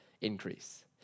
increase